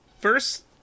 first